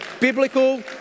Biblical